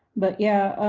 but yeah,